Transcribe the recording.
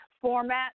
format